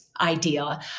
Idea